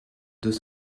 deux